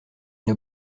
une